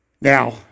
Now